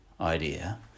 idea